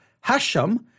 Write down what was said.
Hashem